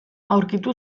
aurkitu